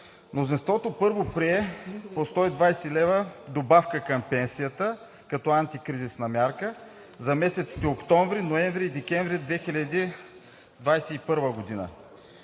Мнозинството, първо, прие по 120 лв. добавка към пенсията като антикризисна мярка за месеците октомври, ноември и декември 2021 г.